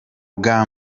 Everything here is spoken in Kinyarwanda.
bwa